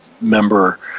member